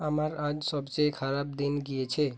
আমার আজ সবচেয়ে খারাপ দিন গিয়েছে